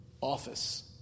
office